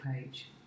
page